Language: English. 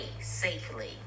safely